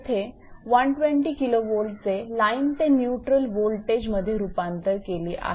येथे 120 𝑘𝑉 चे लाईन ते न्यूट्रल वोल्टेज मध्ये रूपांतर केले आहे